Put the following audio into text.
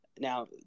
Now